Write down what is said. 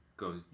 goes